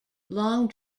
long